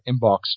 inbox